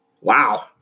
Wow